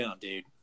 dude